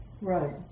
Right